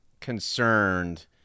concerned